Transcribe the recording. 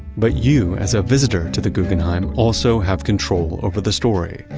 but you as a visitor to the guggenheim also have control over the story.